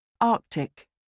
Arctic